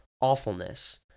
awfulness